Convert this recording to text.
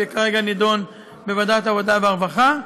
שכרגע נדון בוועדת העבודה והרווחה.